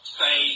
say